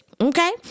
Okay